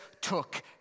took